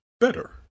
better